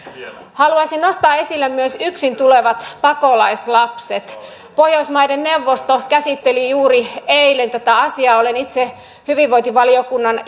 haluaisin nostaa esille myös yksin tulevat pakolaislapset pohjoismaiden neuvosto käsitteli juuri eilen tätä asiaa olen itse hyvinvointivaliokunnan